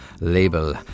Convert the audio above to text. label